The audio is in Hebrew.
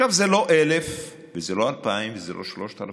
עכשיו, זה לא 1,000 וזה לא 2,000 וזה לא 3,000,